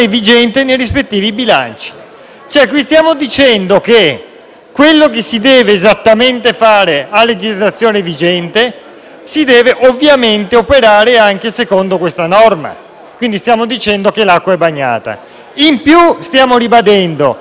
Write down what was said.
Stiamo dicendo che quello che si deve fare a legislazione vigente si deve ovviamente operare anche secondo questa norma. Quindi, stiamo dicendo che l'acqua è bagnata. Inoltre, stiamo ribadendo che non c'è un quattrino